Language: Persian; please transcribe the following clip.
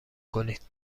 کنید